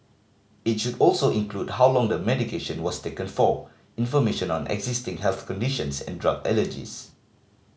it should also include how long the medication was taken for information on existing health conditions and drug allergies